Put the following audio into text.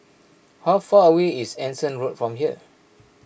how far away is Anson Road from here